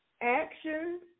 actions